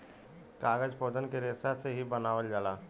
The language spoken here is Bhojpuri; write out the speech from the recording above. कागज पौधन के रेसा से ही बनावल जाला